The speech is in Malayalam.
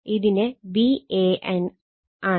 ഇത് Van ആണ്